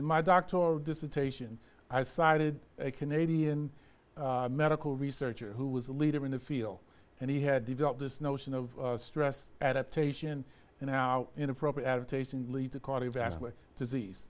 in my doctoral dissertation i cited a canadian medical researcher who was a leader in the field and he had developed this notion of stress adaptation and how inappropriate adaptation lead to cardiovascular disease